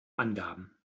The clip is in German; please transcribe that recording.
angaben